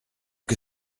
que